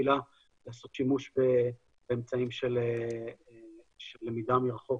הקהילה לעשות שימוש באמצעים של למידה מרחוק,